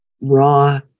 raw